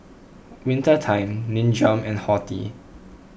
Winter Time Nin Jiom and Horti